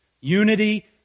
Unity